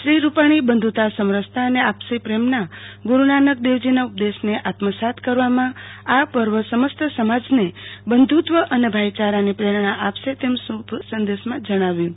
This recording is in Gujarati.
શ્રી રૂપાણીએ બંધુતા સમરસતા અને આપસી પમના ગુરૂનાનક દેવજીના ઉપદેશન આત્મસાત કરવામાં આ પવ સમસ્ત સમાજને બધુત્વ અને ભાઈચારાની પ્રેરણા આપશે તેમ શભ સદેશમાં જણાવ્ય છે